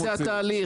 יותר משנה וחצי.